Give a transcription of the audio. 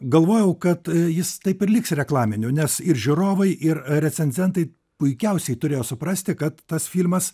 galvojau kad jis taip ir liks reklaminiu nes ir žiūrovai ir recenzentai puikiausiai turėjo suprasti kad tas filmas